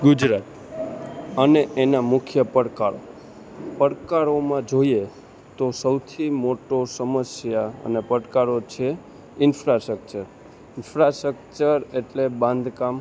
ગુજરાત અને એના મુખ્ય પડકારો પડકારોમાં જોઈએ તો સૌથી મોટો સમસ્યા અને પડકારો છે ઇન્ફ્રાસ્ટ્રકચર ઇન્ફ્રાસ્ટ્રકચર એટલે બાંધકામ